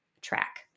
track